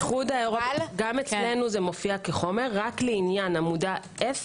גם אצלנו זה מופיע כחומר רק עמודה F